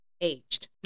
aged